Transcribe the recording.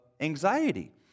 anxiety